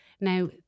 Now